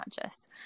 conscious